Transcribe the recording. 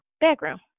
background